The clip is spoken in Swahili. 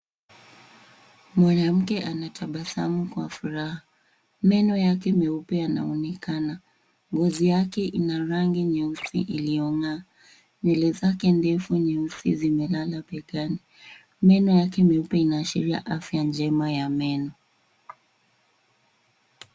Mwanamke anatabasamu kwa furaha. Meno yake meupe yanaonekana. Ngozi yake ina rangi nyeusi iliyong'aa. Nywele zake ndefu ni zikiwa zimelala begani. Meno yake meupe inaashiria afya njema ya meno.